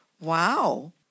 Wow